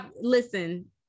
listen